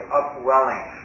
upwelling